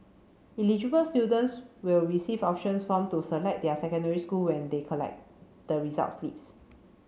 eligible students will receive options form to select their secondary school when they collect the result slips